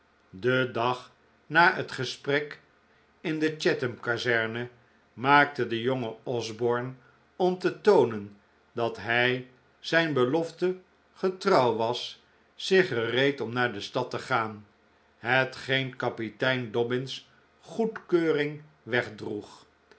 den dag na het gesprek in de chatham kazerne maakte de jonge osborne om te toonen dat hij zijn belofte getrouw was zich gereed om naar de stad te gaan hetgeen kapitein dobbin's goedkeuring wegdroeg